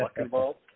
involved